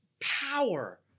power